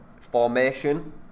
formation